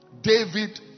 David